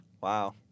Wow